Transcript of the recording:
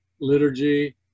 liturgy